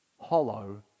hollow